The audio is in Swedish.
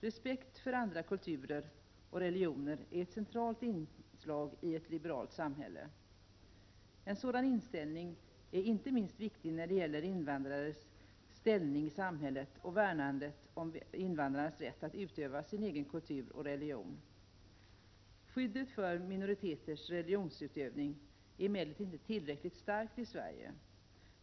Respekt för andra kulturer och religioner är ett centralt inslag i ett liberalt samhälle. En sådan inställning är viktig inte minst när det gäller invandrarnas ställning i samhället och värnandet om invandrares rätt att utöva sin egen kultur och religion. Skyddet för minoriteters religionsutövning är emellertid inte tillräckligt starkt i Sverige.